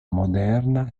moderna